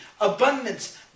abundance